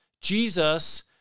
Jesus